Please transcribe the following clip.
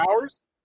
hours